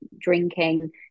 drinking